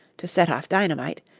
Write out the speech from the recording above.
to set off dynamite.